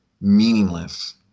meaningless